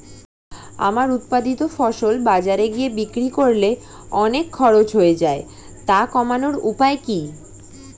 আমার উৎপাদিত ফসল বাজারে গিয়ে বিক্রি করলে অনেক খরচ হয়ে যায় তা কমানোর উপায় কি?